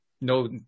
No